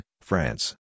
France